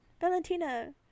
valentina